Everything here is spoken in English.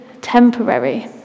temporary